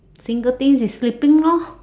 single things is sleeping lor